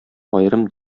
аерым